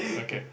okay